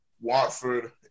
Watford